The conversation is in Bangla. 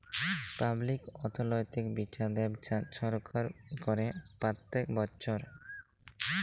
পাবলিক অথ্থলৈতিক বিচার ব্যবস্থা ছরকার ক্যরে প্যত্তেক বচ্ছর